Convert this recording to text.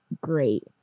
great